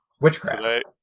Witchcraft